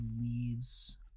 leaves